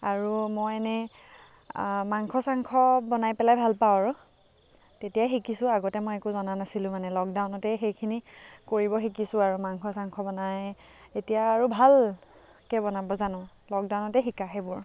আৰু মই এনে মাংস চাংস বনাই পেলাই ভাল পাওঁ আৰু তেতিয়াই শিকিছোঁ আগতে মই একো জনা নাছিলোঁ মানে লকডাউনতে সেইখিনি কৰিব শিকিছোঁ আৰু মাংস চাংস বনাই এতিয়া আৰু ভালকে বনাব জানো লকডাউনতে শিকা সেইবোৰ